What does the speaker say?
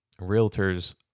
realtors